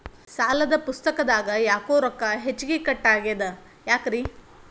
ಸಾಲದ ಪುಸ್ತಕದಾಗ ಯಾಕೊ ರೊಕ್ಕ ಹೆಚ್ಚಿಗಿ ಕಟ್ ಆಗೆದ ಯಾಕ್ರಿ?